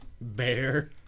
Bear